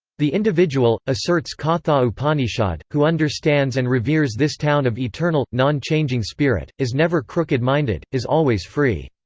the individual, asserts katha upanishad, who understands and reveres this town of eternal, non-changing spirit, is never crooked-minded, is always free.